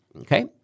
Okay